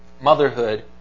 Motherhood